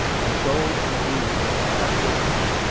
controlled and used by the government.